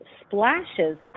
splashes